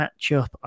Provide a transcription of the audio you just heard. matchup